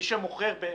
מי שמוכר באמת,